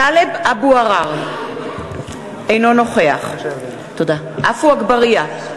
טלב אבו עראר, אינו נוכח עפו אגבאריה,